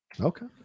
Okay